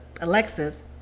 Alexis